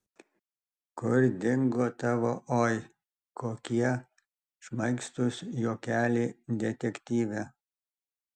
kur dingo tavo oi kokie šmaikštūs juokeliai detektyve